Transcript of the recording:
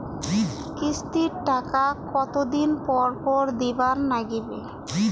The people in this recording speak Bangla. কিস্তির টাকা কতোদিন পর পর দিবার নাগিবে?